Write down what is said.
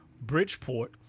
Bridgeport